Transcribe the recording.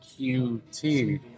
QT